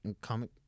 comic